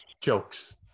jokes